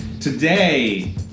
today